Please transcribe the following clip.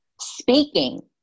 Speaking